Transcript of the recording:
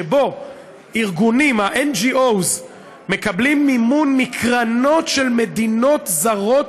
שבו ה-NGOs מקבלים מימון מקרנות של מדינות זרות,